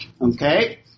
Okay